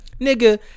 Nigga